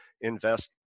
invest